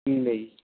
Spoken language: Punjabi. ਜੀ ਨਹੀਂ